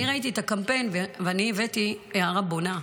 אני ראיתי את הקמפיין, ואני הבאתי הערה בונה.